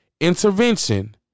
intervention